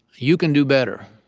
you can do better.